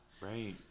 right